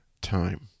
time